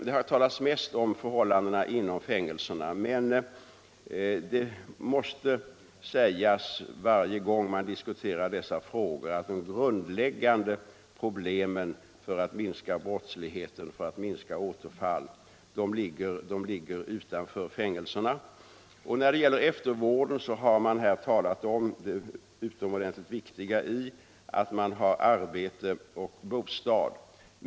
Det har talats mest om förhållandena inom fängelserna. Men det måste sägas varje gång man diskuterar dessa frågor att de grundläggande problemen för att minska brottsligheten och minska återfallen ligger utanför fängelserna. När det gäller eftervården har man här framhållit det utomordentligt viktiga i att ha arbete och bostad.